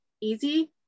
easy